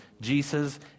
Jesus